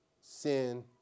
sin